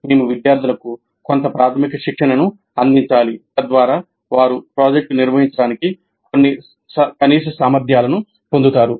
మేము విద్యార్థులకు కొంత ప్రాథమిక శిక్షణను అందించాలి తద్వారా వారు ప్రాజెక్ట్ను నిర్వహించడానికి కొన్ని కనీస సామర్థ్యాలను పొందుతారు